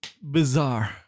bizarre